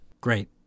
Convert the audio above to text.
great